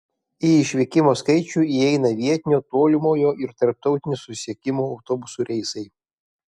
į išvykimo skaičių įeina vietinio tolimojo ir tarptautinio susisiekimų autobusų reisai